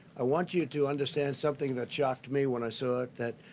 i want you to understand something that shocked me when i saw it, that